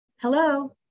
hello